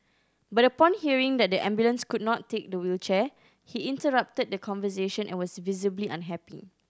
but upon hearing that the ambulance could not take the wheelchair he interrupted the conversation and was visibly unhappy